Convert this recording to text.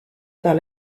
par